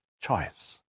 choice